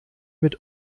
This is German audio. mit